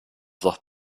dos